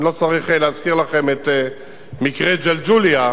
אני לא צריך להזכיר לכם את מקרה ג'לג'וליה.